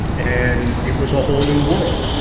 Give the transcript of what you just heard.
and it was a whole new world.